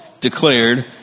declared